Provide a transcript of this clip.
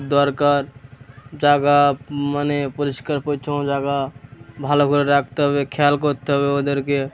দরকার জায়গা মানে পরিষ্কার পরিচ্ছন্ন জায়গা ভালো করে রাখতে হবে খেয়াল করতে হবে ওদেরকে